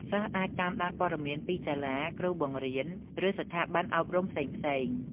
សិស្សអាចតាមដានព័ត៌មានពីសាលា គ្រូបង្រៀន ឬស្ថាប័នអប់រំផ្សេងៗ។